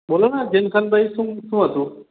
બોલો ને ચિંતનભઈ શું શું હતું